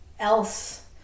else